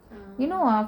ah